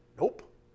Nope